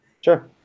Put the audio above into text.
Sure